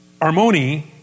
Armoni